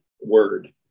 word